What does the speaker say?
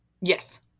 Yes